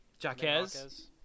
Jaquez